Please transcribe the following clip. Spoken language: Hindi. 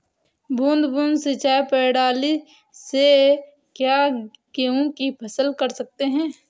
बूंद बूंद सिंचाई प्रणाली से क्या गेहूँ की फसल कर सकते हैं?